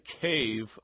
cave